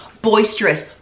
boisterous